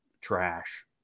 trash